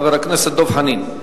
חבר הכנסת דב חנין.